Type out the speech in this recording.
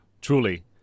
truly